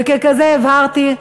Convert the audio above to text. וכך הבהרתי,